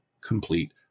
complete